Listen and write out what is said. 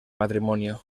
matrimonio